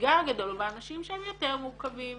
האתגר הגדול הוא באנשים שהם יותר מורכבים,